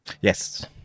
Yes